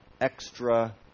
extra